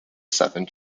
southern